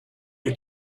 you